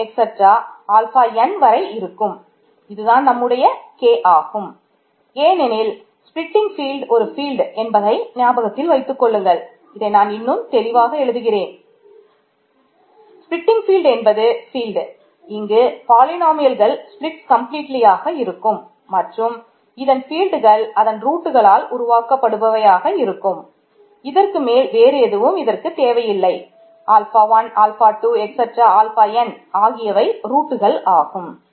Fஆல்ஃபா ஆகும்